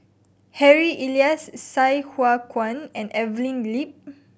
Harry Elias Sai Hua Kuan and Evelyn Lip